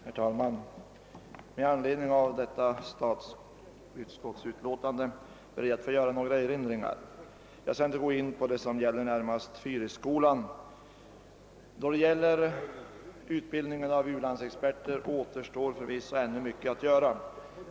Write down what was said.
Herr talman! Med anledning av detta statsutskottsutlåtande ber jag att få göra några erinringar. Jag skall dock inte gå in på det som närmast gäller Fyrisskolan. Då det gäller utbildning av u-landsexperter återstår förvisso ännu mycket att göra.